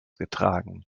getragen